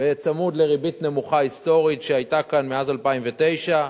בצמוד לריבית נמוכה היסטורית שהיתה כאן מאז 2009,